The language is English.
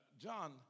John